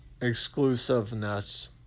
exclusiveness